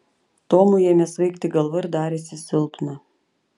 tomui ėmė svaigti galva ir darėsi silpna